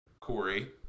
Corey